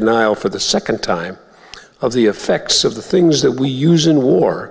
denial for the second time of the effects of the things that we use in war